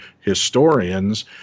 historians